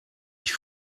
ich